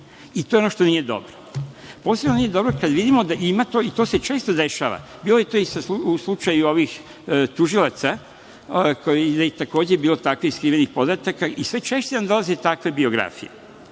i to je ono što nije dobro. Posebno nije dobro kada vidimo da ima to, i to se često dešava, bilo je to i u slučaju ovih tužilaca, gde je takođe bilo takvih skrivenih podataka, i sve češće nam dolaze takve biografije. Nasuprot